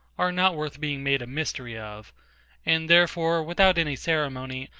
are not worth being made a mystery of and therefore, without any ceremony,